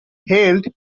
held